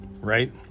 right